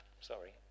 Sorry